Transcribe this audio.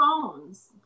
phones